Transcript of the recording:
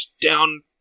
down